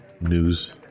news